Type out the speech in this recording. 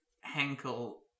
Henkel